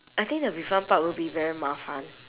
I think the refund part will be very 麻烦